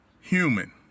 human